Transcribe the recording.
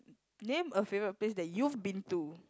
name a favourite place that you've been to